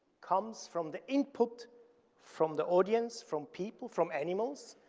comes from the input from the audience, from people, from animals,